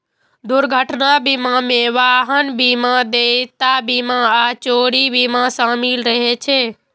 दुर्घटना बीमा मे वाहन बीमा, देयता बीमा आ चोरी बीमा शामिल रहै छै